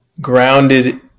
grounded